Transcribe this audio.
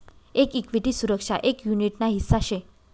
एक इक्विटी सुरक्षा एक युनीट ना हिस्सा शे